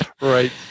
Right